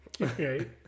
okay